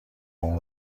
اون